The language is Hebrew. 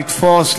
לתפוס,